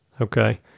Okay